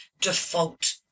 default